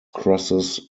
crosses